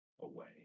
away